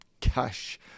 cash